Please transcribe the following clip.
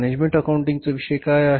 management अकाउंटिंगचा विषय काय आहे